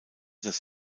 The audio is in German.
das